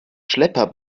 schlepper